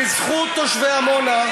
בזכות תושבי עמונה,